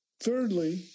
Thirdly